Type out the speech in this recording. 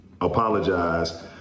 Apologize